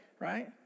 right